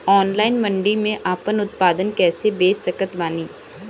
Online मंडी मे आपन उत्पादन कैसे बेच सकत बानी?